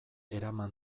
eraman